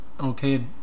Okay